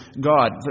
God